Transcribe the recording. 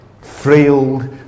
frail